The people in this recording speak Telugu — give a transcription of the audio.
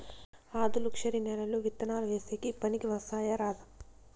ఆధులుక్షరి నేలలు విత్తనాలు వేసేకి పనికి వస్తాయా రాదా?